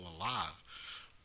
alive